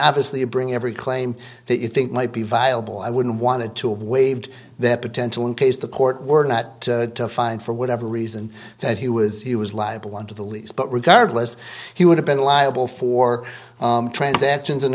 obviously you bring every claim that you think might be viable i wouldn't want it to have waived that potential in case the court were not to find for whatever reason that he was he was liable under the lease but regardless he would have been liable for transactions and